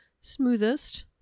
smoothest